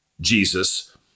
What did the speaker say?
Jesus